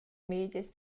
medias